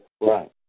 right